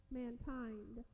mankind